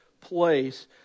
place